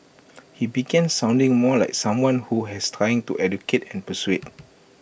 he began sounding more like someone who has trying to educate and persuade